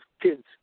kids